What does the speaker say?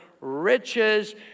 riches